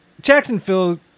Jacksonville